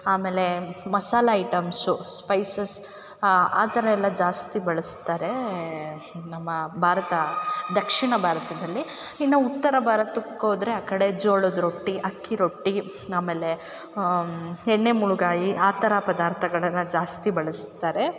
ಆಮೇಲೆ ಮಸಾಲ items spices ಆ ಥರ ಎಲ್ಲ ಜಾಸ್ತಿ ಬಳಸ್ತಾರೇ ನಮ್ಮ ಭಾರತ ದಕ್ಷಿಣ ಭಾರತದಲ್ಲಿ ಇನ್ನು ಉತ್ತರ ಭಾರತಕ್ಕೋದ್ರೆ ಆ ಕಡೆ ಜೋಳದ್ ರೊಟ್ಟಿ ಅಕ್ಕಿ ರೊಟ್ಟಿ ಆಮೇಲೆ ಎಣ್ಣೆ ಮುಳ್ಗಾಯಿ ಆ ಥರ ಪದಾರ್ಥಗಳನ್ನ ಜಾಸ್ತಿ ಬಳಸ್ತಾರೆ